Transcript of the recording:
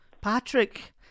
Patrick